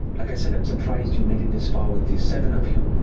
like i said, i'm surprised you've made it this far with the seven of you.